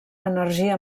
energia